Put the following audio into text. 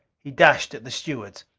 he dashed at the stewards.